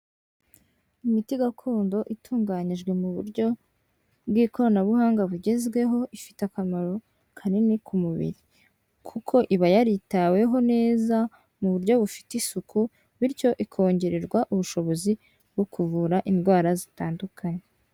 Imiti gakondo itunganyijwe mu buryo bw'ikoranabuhanga bugezwe ifite akakamaro kanini ku mubiri kuko iba yaritaweho neza mu buryo bufite isuku bityo ikongera ubushobozi bwo kuvura indwara ztandukanye.